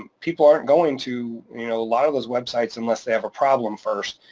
and people aren't going to you know a lot of those websites, unless they have a problem first,